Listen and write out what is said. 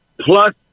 plus